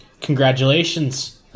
Congratulations